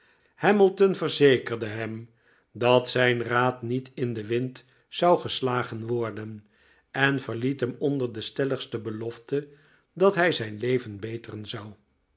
hamilton verzekerde hem dat zijn raad niet in den wind zou gestagen worden en verliet hem onder de stelligste belofte dat hij zijn leven beteren zou